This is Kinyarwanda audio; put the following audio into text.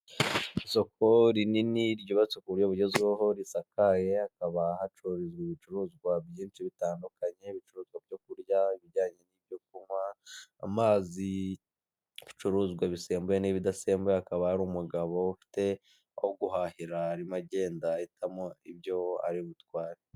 Isoko rinini ryubatse ku buryo bugezweho risakaye hakaba hacururizwa ibicuruzwa byinshi bitandukanye bicuruzwa ibijyanye n'ibyo kurya ibijyanye n'ibyo kunywa ,amazi ibicuruzwa bisembuye n'ibidasembuwe akaba hari umugabo ufite wo guhahira arimo agenda ahitamo ibyo ari butware.